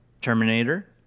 Terminator